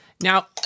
Now